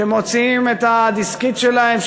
שמוציאים את הדסקית שלהם,